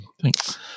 Thanks